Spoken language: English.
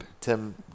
Tim